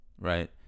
right